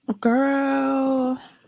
girl